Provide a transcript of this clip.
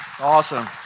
Awesome